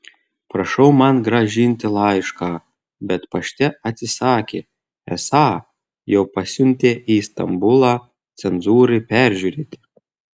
prašiau man grąžinti laišką bet pašte atsisakė esą jau pasiuntę į istambulą cenzūrai peržiūrėti